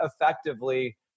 effectively